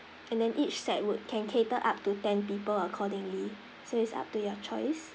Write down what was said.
and then each set would can cater up to ten people accordingly so it's up to your choice